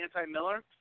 anti-Miller